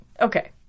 okay